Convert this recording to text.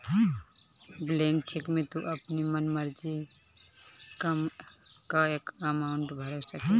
blank cheque में तू अपनी मन मर्जी कअ अमाउंट भर सकेला